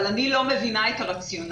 אבל אני לא מבינה את הרציונל,